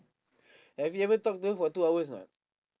have you ever talk to her for two hours or not